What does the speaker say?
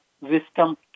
wisdom